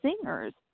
singers